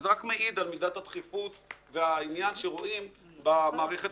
זה רק מעיד על מידת הדחיפות והעניין שרואים במערכת